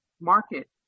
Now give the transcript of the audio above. market